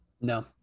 no